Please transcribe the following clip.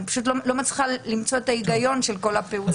אני לא מצליחה למצוא את ההיגיון של כל הפעולה הזאת.